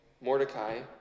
Mordecai